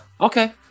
okay